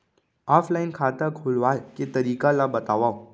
Offline खाता खोलवाय के तरीका ल बतावव?